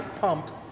pumps